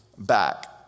back